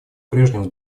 прежнему